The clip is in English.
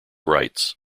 rights